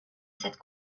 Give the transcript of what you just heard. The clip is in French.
cette